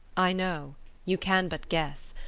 i know you can but guess.